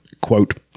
Quote